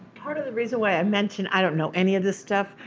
part of the reason why i mentioned, i don't know, any of this stuff,